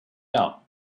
out